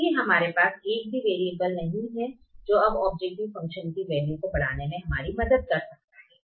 इसलिए हमारे पास एक भी वैरिएबल नहीं है जो अब ओब्जेक्टिव फ़ंक्शन की वैल्यू को बढ़ाने में हमारी मदद कर सकता है